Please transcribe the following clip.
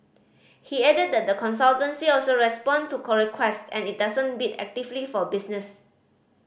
he added that the consultancy also respond to request and it doesn't bid actively for business